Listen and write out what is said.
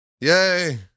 Yay